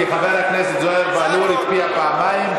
כי חבר הכנסת זוהיר בהלול הצביע פעמיים,